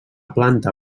planta